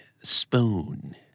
Spoon